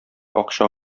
акча